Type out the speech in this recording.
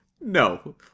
No